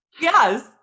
Yes